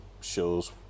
shows